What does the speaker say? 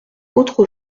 autre